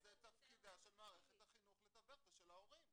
אז זה תפקידה של מערכת החינוך, לתווך, ושל ההורים.